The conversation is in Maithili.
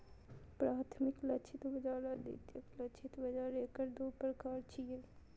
प्राथमिक लक्षित बाजार आ द्वितीयक लक्षित बाजार एकर दू प्रकार छियै